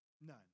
None